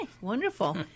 Wonderful